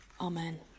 Amen